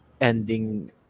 ending